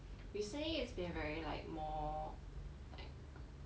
they say its been very like more like